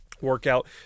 workout